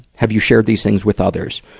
have you shared these things with others?